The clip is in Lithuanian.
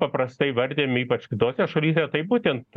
paprastai įvardijami ypač kitose šalyse tai būtent